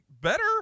better